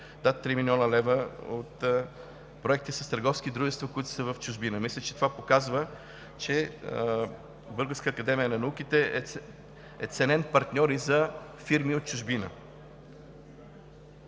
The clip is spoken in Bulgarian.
над 3 млн. лв. от проекти с търговски дружества, които са в чужбина. Мисля, че това показва, че Българската академия на науките е ценен партньор и за фирми от чужбина.